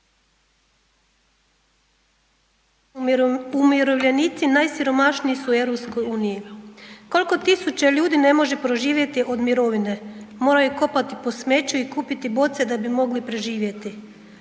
umirovljenici najsiromašniji su u EU. Koliko tisuća ljudi ne može preživjeti od mirovine, moraju kopati po smeću i kupiti boce da bi mogli preživjeti.